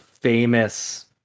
famous